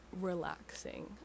relaxing